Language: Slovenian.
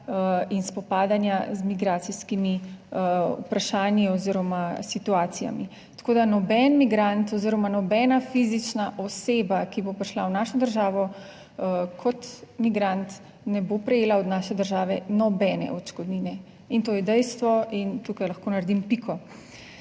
in spopadanja z migracijskimi vprašanji oziroma situacijami. Tako da noben migrant oziroma nobena fizična oseba, ki bo prišla v našo državo kot migrant, ne bo prejela od naše države nobene odškodnine, in to je dejstvo in tukaj lahko naredim piko.